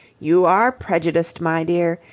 you are prejudiced, my dear.